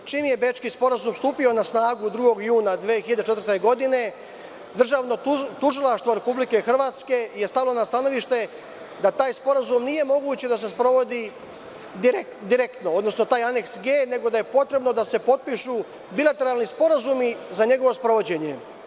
Čim je Bečki sporazum stupio na snagu 2. juna 2004. godine tužilaštvo Republike Hrvatske je stalo na stanovište da taj sporazum nije moguće da se sprovodi direktno, odnosno taj Aneks „G“, nego da je potrebno da se potpišu bileteralni sporazumi za njegovo sprovođenje.